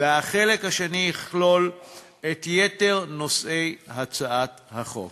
והחלק השני יכלול את יתר נושאי הצעת החוק.